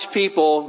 people